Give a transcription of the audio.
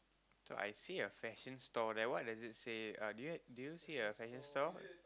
so I see a fashion store there what does it say do you do you see a fashion store